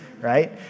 right